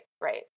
Right